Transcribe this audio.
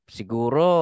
siguro